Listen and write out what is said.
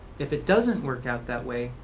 if it doesn't work out that way,